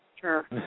sure